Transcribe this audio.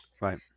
Right